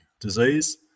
disease